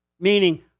Meaning